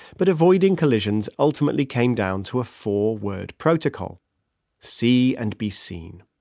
but avoiding collisions ultimately came down to a four word protocol see and be seen